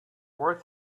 worth